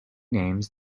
names